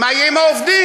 מה יהיה עם העובדים?